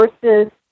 versus